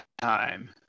time